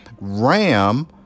RAM